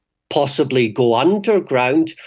possibly go underground,